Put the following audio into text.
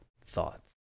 thoughts